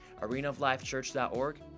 arenaoflifechurch.org